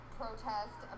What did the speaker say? protest